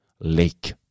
lake